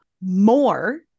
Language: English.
more